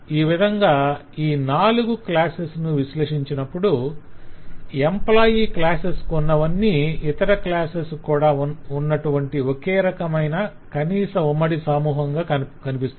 ఈ విధంగా ఈ నాలుగు క్లాసెస్ ను విశ్లేషించినప్పుడు ఎంప్లాయ్ క్లాస్ కు ఉన్నవన్నీ ఇతర క్లాసెస్ కు కూడా ఉన్నటువంటి ఒక రకమైన కనీస ఉమ్మడి సమూహంగా కనిపిస్తుంది